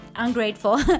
ungrateful